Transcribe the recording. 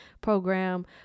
program